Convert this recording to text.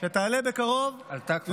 שתעלה בקרוב, עלתה כבר.